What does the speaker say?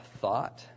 thought